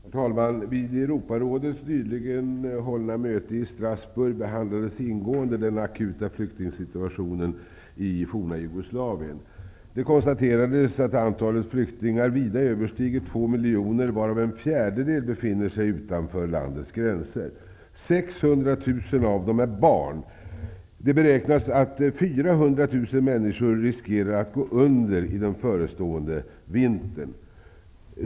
Herr talman! Vid Europarådets nyligen hållna möte i Strasbourg behandlades ingående den akuta flyktingsituationen i det forna Jugoslavien. Det konstaterades att antalet flyktingar vida överstiger två miljoner, varav en fjärdedel befinner sig utanför landets gränser. 600 000 av dem är barn. Det beräknas att 400 000 människor riskerar att gå under i den förestående vintern.